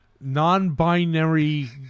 non-binary